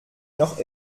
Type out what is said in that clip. noch